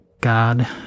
God